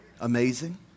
Amazing